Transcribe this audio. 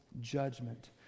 judgment